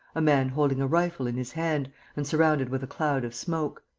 a man holding a rifle in his hand and surrounded with a cloud of smoke.